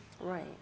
Right